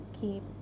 keep